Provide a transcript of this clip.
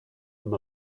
him